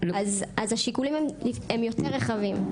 אז השיקולים הם יותר רחבים.